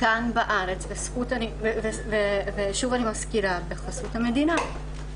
כאן בארץ, ושוב אני מזכירה, בחסות המדינה.